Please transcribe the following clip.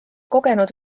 kogenud